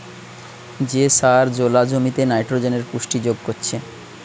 যে সার জোলা জমিতে নাইট্রোজেনের পুষ্টি যোগ করছে